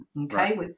Okay